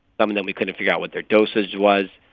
some of them, we couldn't figure out what their dosage was.